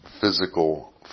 physical